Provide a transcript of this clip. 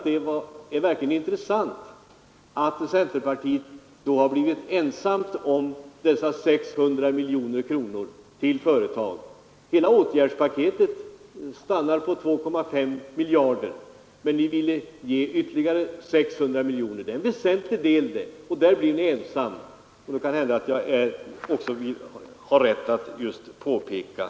Det är då intressant att konstatera att centern blivit ensam om sitt förslag om 600 miljoner kronor till företagen. Det är inte så litet precis! Hela åtgärdspaketet stannar på 2,5 miljarder, men ni vill öka statsutgifterna med ytterligare 600 miljoner. Det är en väsentlig del, och det är ni ensamma om. Jag vill ånyo påpeka just detta.